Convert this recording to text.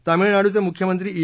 तामिळनाडूचे मुख्यमंत्री ई